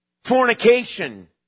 fornication